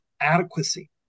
adequacy